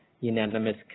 unanimous